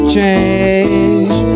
change